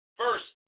first